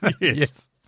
Yes